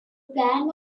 plan